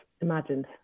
imagined